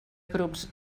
grups